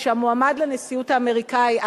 שהמועמד לנשיאות האמריקנית,